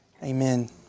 Amen